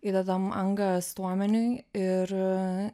įdedam angą stuomeniui ir